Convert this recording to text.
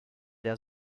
der